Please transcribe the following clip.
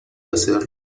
hacerlo